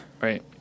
Right